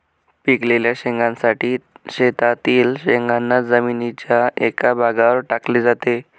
पिकलेल्या शेंगांसाठी शेतातील शेंगांना जमिनीच्या एका भागावर टाकले जाते